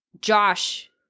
Josh